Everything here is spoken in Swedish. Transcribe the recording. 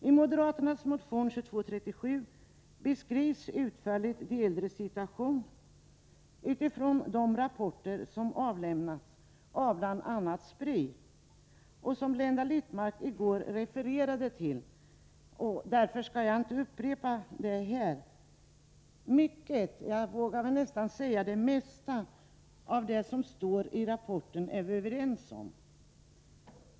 I moderaternas motion 2237 beskrivs utförligt de äldres situation utifrån de rapporter som avlämnats av bl.a. Spri och som Blenda Littmarck i går refererade till. Därför skall jag inte upprepa det här. Mycket, jag vågar säga det mesta, av det som står i rapporten är vi överens om.